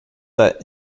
set